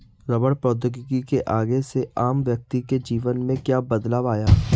रबड़ प्रौद्योगिकी के आने से आम व्यक्ति के जीवन में क्या बदलाव आया?